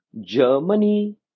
Germany